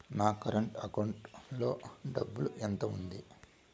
నా current account లో డబ్బులు ఎంత ఉంది?